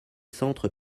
centres